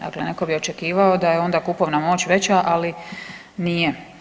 Dakle, netko bi očekivao da je onda kupovna moć veća, ali nije.